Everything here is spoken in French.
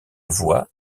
voix